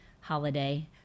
holiday